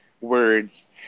words